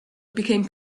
became